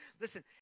Listen